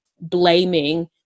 blaming